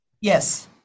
yes